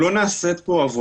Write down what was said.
נהיה איתך בקשר.